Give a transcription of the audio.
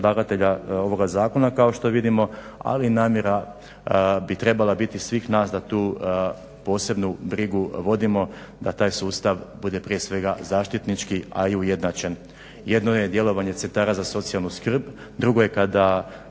ovoga zakona kao što vidimo, ali i namjera bi trebala biti svih nas da tu posebnu brigu vodimo da taj sustav bude prije svega zaštitnički a i ujednačen. Jedno je djelovanje centara za socijalnu skrb, drugo je kada